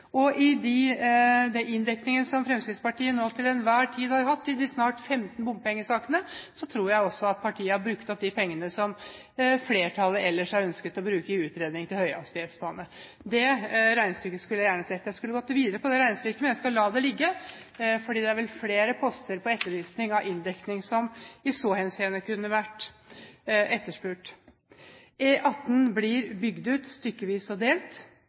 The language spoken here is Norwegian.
hatt i de snart 15 bompengesakene, tror jeg også at partiet har brukt opp de pengene som flertallet ellers har ønsket å bruke til utredning av høyhastighetsbane. Det regnestykket skulle jeg gjerne sett. Jeg skulle gått videre på det regnestykket, men jeg skal la det ligge, for det er vel flere poster på etterlysning av inndekning som i så henseende kunne vært etterspurt. E18 blir bygd ut stykkevis og delt